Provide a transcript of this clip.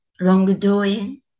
wrongdoing